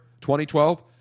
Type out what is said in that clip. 2012